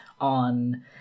on